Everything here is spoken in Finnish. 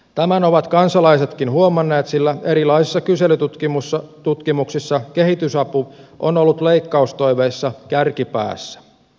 tämän ovat kansalaisetkin huomanneet sillä erilaisissa kyselytutkimuksissa kehitysapu on ollut leikkaustoiveissa kärkipäässä